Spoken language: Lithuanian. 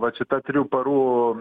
vat šita trijų parų